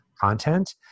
content